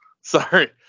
Sorry